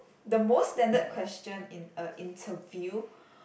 the most standard question in a interview